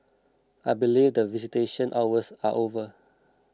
I believe that visitation hours are over